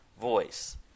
voice